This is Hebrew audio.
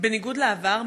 בניגוד לעבר,